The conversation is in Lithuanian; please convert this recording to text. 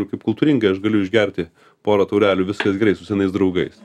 ir kaip kultūringai aš galiu išgerti porą taurelių viskas gerai su senais draugais